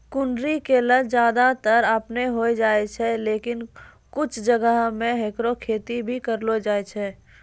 कुनरी के लत ज्यादातर आपनै होय जाय छै, लेकिन कुछ जगह मॅ हैकरो खेती भी करलो जाय छै